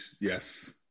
yes